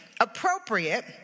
appropriate